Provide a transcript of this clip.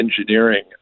engineering